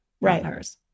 Right